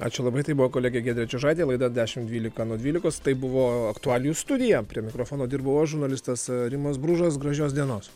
ačiū labai tai buvo kolegė giedrė čiužaitė laida dešim dvylika nuo dvylikos tai buvo aktualijų studija prie mikrofono dirbau aš žurnalistas rimas bružas gražios dienos